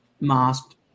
masked